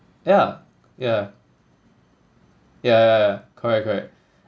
yeah yeah yeah yeah yeah correct correct